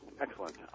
Excellent